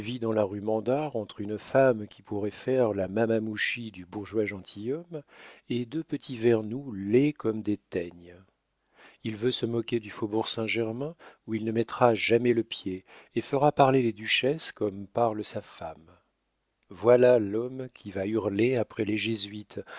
dans la rue mandar entre une femme qui pourrait faire le mamamouchi du bourgeois gentilhomme et deux petits vernou laids comme des teignes il veut se moquer du faubourg saint-germain où il ne mettra jamais le pied et fera parler les duchesses comme parle sa femme voilà l'homme qui va hurler après les jésuites